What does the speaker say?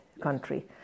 country